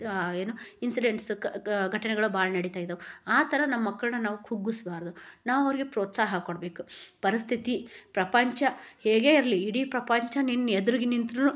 ಏನು ಇನ್ಸಿಡೆಂಟ್ಸು ಘಟನೆಗಳು ಭಾಳ್ ನಡಿತಾ ಇದಾವೆ ಆ ಥರ ನಮ್ಮ ಮಕ್ಳನ್ನು ನಾವು ಕುಗ್ಗಿಸ್ಬಾರ್ದು ನಾವು ಅವರಿಗೆ ಪ್ರೋತ್ಸಾಹ ಕೊಡ್ಬೇಕು ಪರಿಸ್ಥಿತಿ ಪ್ರಪಂಚ ಹೇಗೆ ಇರಲಿ ಇಡೀ ಪ್ರಪಂಚ ನಿನ್ನ ಎದ್ರಿಗೆ ನಿಂತ್ರೂ